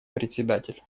председатель